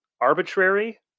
arbitrary